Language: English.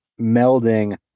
melding